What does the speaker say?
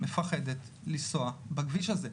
מפחדת לנסוע בכביש הזה.